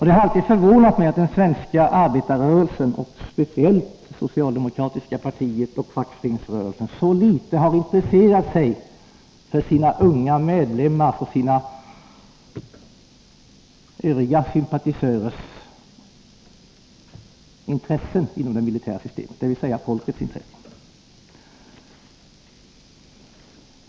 Det har alltid förvånat mig att den svenska arbetarrörelsen, speciellt det socialdemokratiska partiet och fackföreningsrörelsen, så litet har brytt sig om sina unga medlemmars och övriga sympatisörers intressen, dvs. folkets intressen, inom det militära systemet.